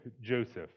Joseph